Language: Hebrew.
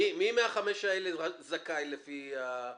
למי מהרשויות האלה יש תקציב מאוזן בחמש שנים?